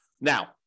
Now